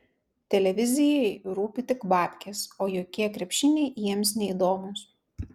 televizijai rūpi tik babkės o jokie krepšiniai jiems neįdomūs